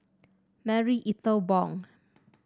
Marie Ethel Bong